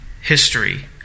history